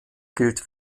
gilt